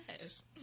Yes